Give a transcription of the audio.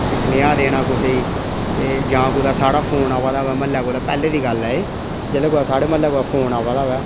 भी सनेहा देना कुसै ई ते जां कुदै साढ़ा फोन आवा दा होए म्हल्लै कुदै पैह्लूं दी गल्ल ऐ जेल्लै कुदै साढ़ै म्हल्लै कुदै फोन आवा दा होए